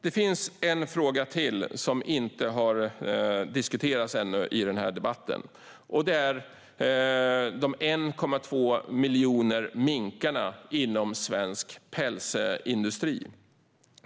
Det finns en till fråga som ännu inte har diskuterats i denna debatt, och det är frågan om de 1,2 miljoner minkarna inom svensk pälsindustri.